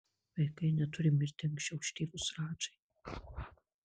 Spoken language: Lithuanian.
vaikai neturi mirti anksčiau už tėvus radžai